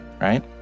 right